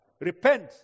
repent